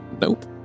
nope